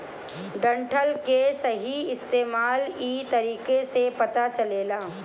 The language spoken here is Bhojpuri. डंठल के सही इस्तेमाल इ तरीका से पता चलेला